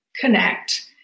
connect